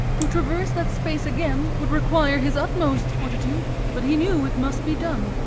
to traverse that space again would require his utmost fortitude, but he knew it must be done.